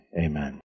amen